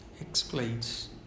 explains